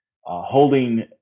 holding